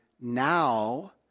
now